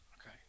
Okay